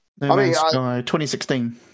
2016